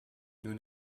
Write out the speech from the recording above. nous